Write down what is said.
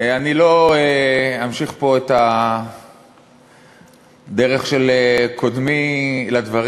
אני לא אמשיך פה את הדרך של קודמי לדברים,